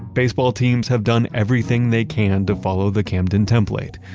baseball teams have done everything they can to follow the camden template,